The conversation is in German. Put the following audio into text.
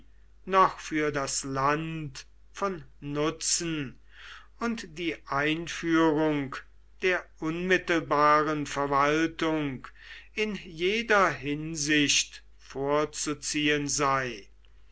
noch für das land von nutzen und die einführung der unmittelbaren verwaltung in jeder hinsicht vorzuziehen sei